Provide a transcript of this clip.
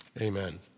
amen